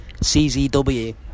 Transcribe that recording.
CZW